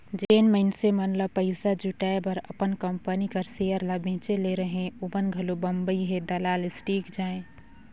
जेन मइनसे मन ल पइसा जुटाए बर अपन कंपनी कर सेयर ल बेंचे ले रहें ओमन घलो बंबई हे दलाल स्टीक जाएं